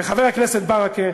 וחבר הכנסת ברכה,